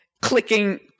clicking